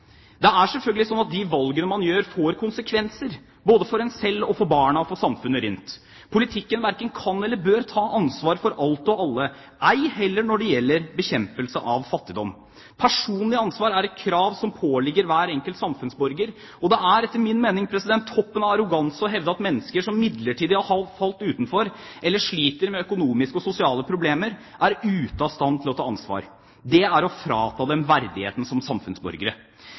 Det er selvfølgelig sånn at de valgene man gjør, får konsekvenser, både for en selv, for barna og for samfunnet rundt. Politikken verken kan eller bør ta ansvar for alt og alle, ei heller når det gjelder bekjempelse av fattigdom. Personlig ansvar er et krav som påligger hver enkelt samfunnsborger. Det er etter min mening toppen av arroganse å hevde at mennesker som midlertidig har falt utenfor, eller som sliter med økonomiske og sosiale problemer, er ute av stand til å ta ansvar. Det er å frata dem verdigheten som samfunnsborgere.